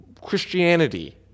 Christianity